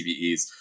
CVEs